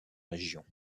régions